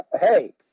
hey